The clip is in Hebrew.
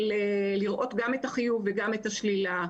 של לראות גם את החיוב וגם את השלילה.